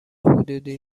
حدودی